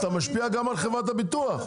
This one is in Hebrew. אתה משפיע גם על חברת הביטוח.